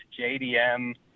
jdm